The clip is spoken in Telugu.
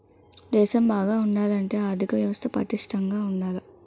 దేశం బాగా ఉండాలంటే ఆర్దిక వ్యవస్థ పటిష్టంగా ఉండాల